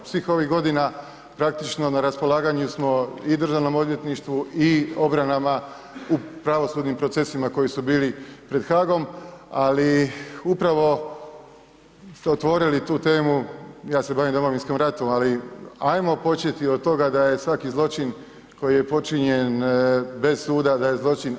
Svih ovih godina praktično na raspolaganju smo i Državnom odvjetništvu i obranama u pravosudnim procesima koji su bili pred Hagom, ali upravo ste otvorili tu temu, ja se bavim Domovinskim ratom, ali ajmo početi od toga da je svaki zločin koji je počinjen bez suda da je zločin.